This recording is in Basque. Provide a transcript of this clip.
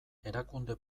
erakunde